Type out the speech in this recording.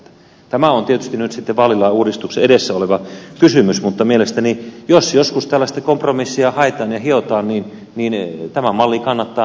tämä on tietysti nyt sitten vaalilain uudistuksen edessä oleva kysymys mutta mielestäni jos joskus tällaista kompromissia haetaan ja hiotaan myös tämä malli kannattaa ilman muuta pitää mielessä